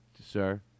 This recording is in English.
sir